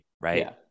right